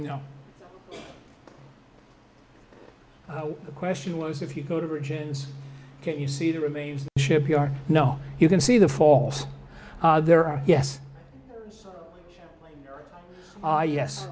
you know oh the question was if you go to virgins can't you see the remains shipyard no you can see the falls there are yes i yes